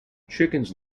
chickens